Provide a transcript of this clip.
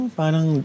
parang